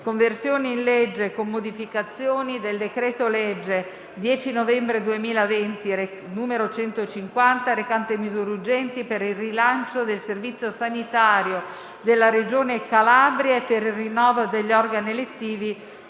«Conversione in legge, con modificazioni, del decreto-legge 10 novembre 2020, n. 150, recante misure urgenti per il rilancio del servizio sanitario della regione Calabria e per il rinnovo degli organi elettivi